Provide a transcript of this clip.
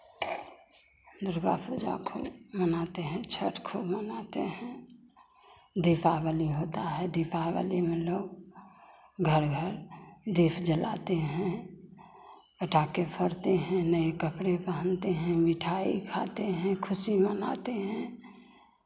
दुर्गा पूजा खूब मनाते हैं छठ खोब मनाते हैं दीपावली होता है दीपावली में लोग घर घर दीप जलाते हैं पटाखे फोड़ते हैं नए कपड़े पहनते हैं मिठाई खाते हैं खुशी मनाते हैं